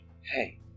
Hey